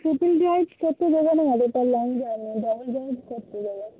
scooty long journey